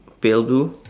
pale blue